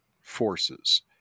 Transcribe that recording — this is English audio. forces